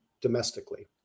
domestically